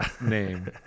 name